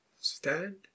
Stand